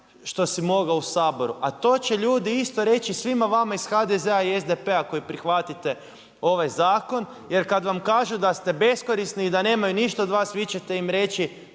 što si mogao u Saboru. a to će ljudi isto reći svima vama iz HDZ-a i SDP-a koji prihvatite ovaj zakon jer kada vam kaže da ste beskorisni i da nemaju ništa od vas, vi ćete im reći